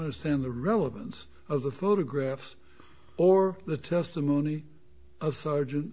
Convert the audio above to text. understand the relevance of the photographs or the testimony of sergeant